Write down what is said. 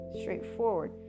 straightforward